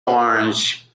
orange